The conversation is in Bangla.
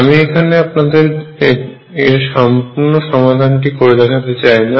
আমি এখানে আপনাদের এর সম্পূর্ণ সমাধানটি করে দেখাতে চাই না